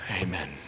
Amen